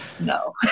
no